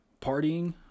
partying